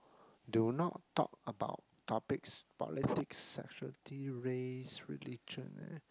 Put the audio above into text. do not talk about topics politics sexuality race religion